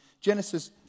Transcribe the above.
Genesis